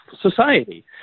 society